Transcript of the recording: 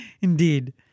indeed